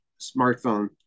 smartphone